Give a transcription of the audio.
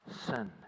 sin